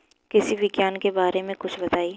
कृषि विज्ञान के बारे में कुछ बताई